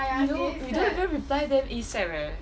you know we don't even reply them A S A P eh